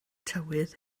tywydd